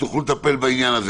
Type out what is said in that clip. שתוכלו לטפל בעניין?